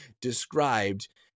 described